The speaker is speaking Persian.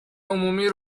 عمومی